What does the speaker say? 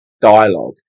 dialogue